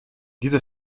diese